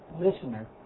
listener